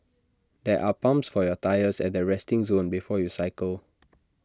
there are pumps for your tyres at the resting zone before you cycle